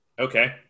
Okay